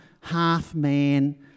half-man